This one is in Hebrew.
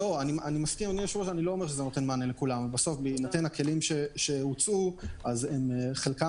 אני מסכים, אבל בהינתן הכלים שהוצעו, חלקם